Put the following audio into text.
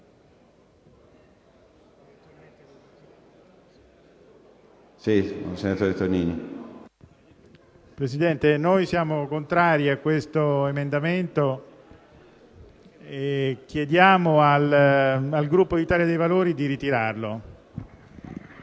Presidente, noi siamo contrari a questo emendamento e chiediamo al Gruppo dell'Italia dei Valori di ritirarlo.